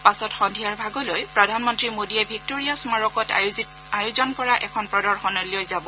পাছত সদ্ধিয়াৰ ভাগলৈ প্ৰধানমন্ত্ৰী মোদীয়ে ভিক্টৰিয়া স্মাৰকত আয়োজন কৰা এখন প্ৰদশনীলৈ যাব